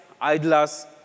idlers